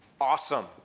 Awesome